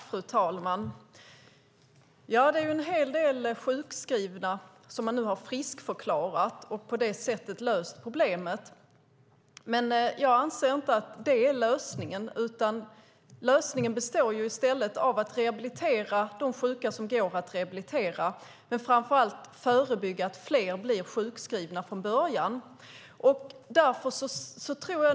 Fru talman! Det är en hel del sjukskrivna som man nu har friskförklarat och på det sättet löst problemet. Men jag anser inte att det är lösningen. Lösningen består i stället av att rehabilitera de sjuka som går att rehabilitera men framför allt att från början förebygga att fler blir sjukskrivna.